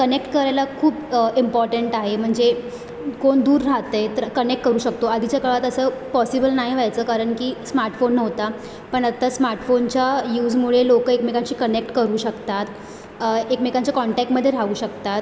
connect करायला खूप important आहे म्हणजे कोण दूर राहतं आहे तर कनेक्ट करू शकतो आधीच्या काळात असं पॉसिबल नाही व्हायचं कारण की स्मार्टफोन नव्हता पण आत्ता स्मार्टफोनच्या यूजमुळे लोकं एकमेकांशी कनेक्ट करू शकतात एकमेकांच्या कॉन्टॅक्टमध्ये राहू शकतात